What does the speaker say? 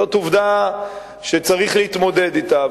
זאת עובדה שצריך להתמודד אתה.